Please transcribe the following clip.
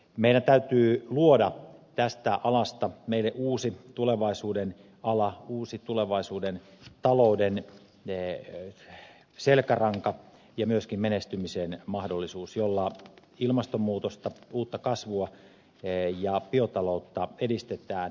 meidän täytyy luoda tästä alasta meille uusi tulevaisuudenala uusi tulevaisuuden talouden selkäranka ja myöskin menestymisen mahdollisuus jolla ilmastonmuutosta uutta kasvua ja biotaloutta edistetään